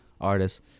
artists